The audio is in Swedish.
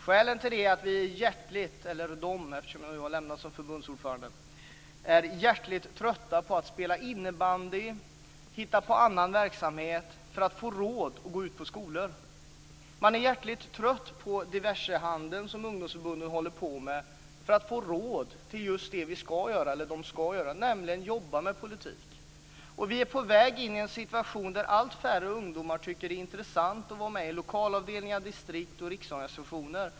Skälet till det är att vi - eller de eftersom jag nu har lämnat posten som förbundsordförande - är hjärtligt trötta på att spela innebandy eller hitta på annan verksamhet för att få råd att gå ut på skolor. Man är hjärtligt trött på den diversehandel som ungdomsförbunden håller på med för att få råd med just det de ska göra, nämligen att jobba med politik. Vi är på väg in i en situation där allt färre ungdomar tycker att det är intressant att vara med i lokalavdelningar, distrikt och riksorganisationer.